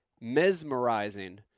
mesmerizing